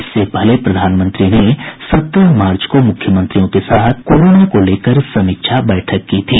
इससे पहले प्रधानमंत्री ने सत्रह मार्च को मुख्यमंत्रियों के साथ कोरोना को लेकर बैठक की थी